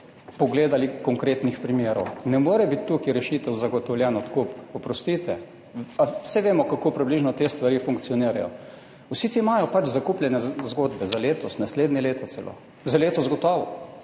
pogledali konkretnih primerov. Ne more biti tukaj rešitev zagotovljena tako, oprostite, pa saj vemo, kako približno te stvari funkcionirajo. Vsi ti imajo zakupljene zgodbe za letos, za naslednje leto celo, za letos gotovo